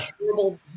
terrible